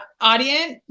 audience